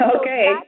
Okay